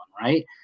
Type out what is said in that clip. right